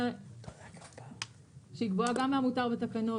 מהמותר בתקנות,